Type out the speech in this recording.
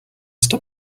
stop